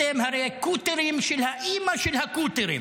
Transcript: אתם הרי קוטרים, האימא של הקוטרים.